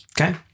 Okay